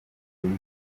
y’iki